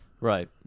Right